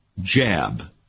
jab